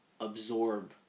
absorb